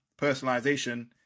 personalization